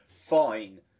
Fine